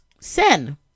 sin